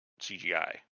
cgi